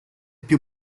più